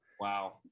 wow